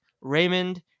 Raymond